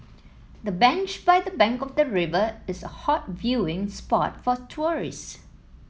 the bench by the bank of the river is a hot viewing spot for tourists